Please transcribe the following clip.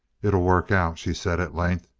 it'll work out, she said at length.